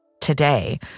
Today